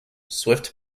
swift